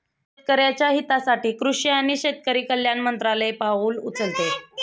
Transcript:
शेतकऱ्याच्या हितासाठी कृषी आणि शेतकरी कल्याण मंत्रालय पाउल उचलते